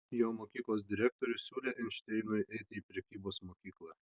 jo mokyklos direktorius siūlė einšteinui eiti į prekybos mokyklą